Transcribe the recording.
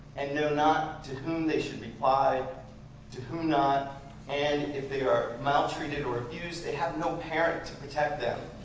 and know not to whom they should reply to who not and if they are maltreated or abused, they have no parent to protect them.